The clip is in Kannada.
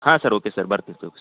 ಹಾಂ ಸರ್ ಓಕೆ ಸರ್ ಬರ್ತೀವಿ